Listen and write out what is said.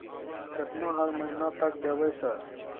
केतना हर महीना तक देबय सर?